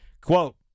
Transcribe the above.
Quote